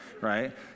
Right